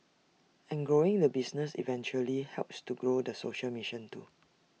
and growing the business eventually helps to grow the social mission too